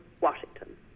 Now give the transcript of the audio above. Washington